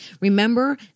remember